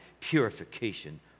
purification